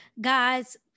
guys